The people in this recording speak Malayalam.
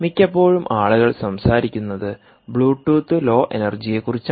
മിക്കപ്പോഴും ആളുകൾ സംസാരിക്കുന്നത് ബ്ലൂടൂത്ത് ലോ എനർജിയെക്കുറിച്ചാണ്